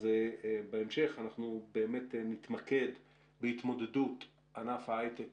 אז בהמשך אנחנו באמת נתמקד בהתמודדות ענף ההיי-טק